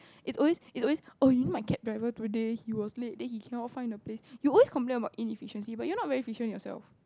it's always it's always oh you know my cab driver today he was late then he cannot find the place you always complain about inefficiency but you are not very efficient yourself